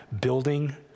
building